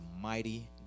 mighty